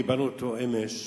קיבלנו אמש.